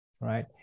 right